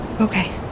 Okay